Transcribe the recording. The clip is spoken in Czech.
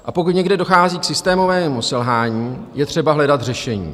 A pokud někde dochází k systémovému selhání, je třeba hledat řešení.